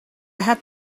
had